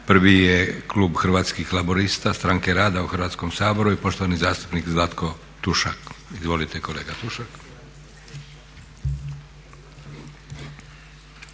Prvi je klub Hrvatskih laburista-Stranke rada u Hrvatskom saboru i poštovani zastupnik Zlatko Tušak. Izvolite kolega Tušak.